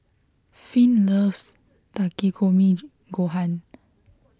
Finn loves Takikomi Gohan